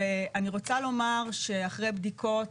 ואני רוצה לומר, שאחרי בדיקות,